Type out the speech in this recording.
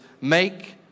make